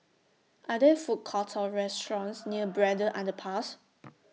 Are There Food Courts Or restaurants near Braddell Underpass